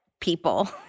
people